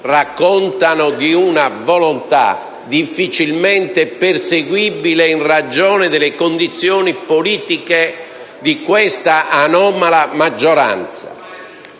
raccontano di una volontà difficilmente perseguibile in ragione delle condizioni politiche di questa anomala maggioranza,